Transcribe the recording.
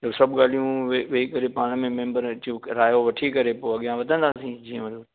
इहो सभु ॻाल्हियूं वेई करे पाण में मैंबर जो रायो वठी करे पोइ अॻियां वधंदासीं जीअं